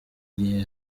gihe